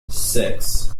six